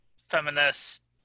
feminist